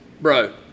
bro